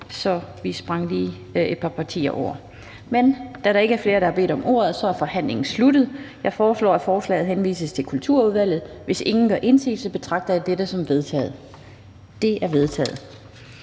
så vi sprang lige et par partier over. Men da der ikke er flere, der har bedt om ordet, er forhandlingen sluttet. Jeg foreslår, at forslaget henvises til Kulturudvalget. Hvis ingen gør indsigelse, betragter jeg dette som vedtaget. Det er vedtaget.